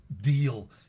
Deal